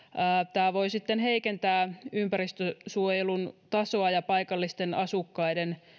tämä voi sitten heikentää ympäristönsuojelun tasoa ja paikallisten asukkaiden